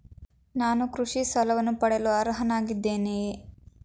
ನಾನು ಕೃಷಿ ಸಾಲವನ್ನು ಪಡೆಯಲು ಅರ್ಹನಾಗಿದ್ದೇನೆಯೇ?